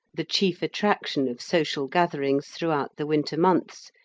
the chief attraction of social gatherings throughout the winter months,